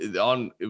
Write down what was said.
on